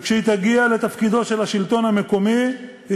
וכשהיא תגיע לתפקידו של השלטון המקומי היא